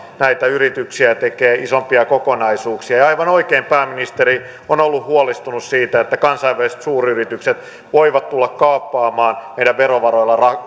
yrityksiä ja tekevät isompia kokonaisuuksia ja aivan oikein pääministeri on ollut huolestunut siitä että kansainväliset suuryritykset voivat tulla kaappaamaan meidän verovaroilla